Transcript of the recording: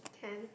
can